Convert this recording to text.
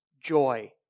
joy